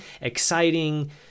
exciting